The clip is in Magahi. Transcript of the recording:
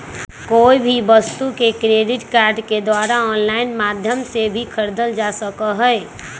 कोई भी वस्तु के क्रेडिट कार्ड के द्वारा आन्लाइन माध्यम से भी खरीदल जा सका हई